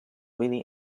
really